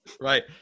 Right